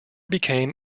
became